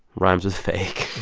rhymes with fake